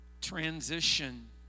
transition